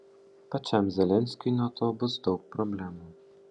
pačiam zelenskiui nuo to bus daug problemų